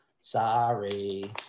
Sorry